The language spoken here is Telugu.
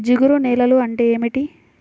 జిగురు నేలలు అంటే ఏమిటీ?